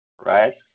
right